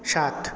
সাত